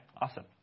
awesome